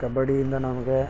ಕಬಡ್ಡಿಯಿಂದ ನಮಗೆ